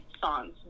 songs